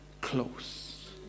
close